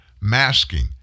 masking